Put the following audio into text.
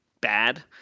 bad